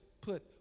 put